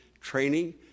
training